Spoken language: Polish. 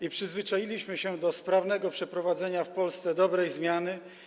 I przyzwyczailiśmy się do sprawnego przeprowadzania w Polsce dobrej zmiany.